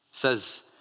says